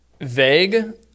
vague